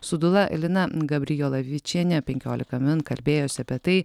su dula lina gabrijolavičiene penkiolika min kalbėjosi apie tai